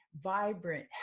vibrant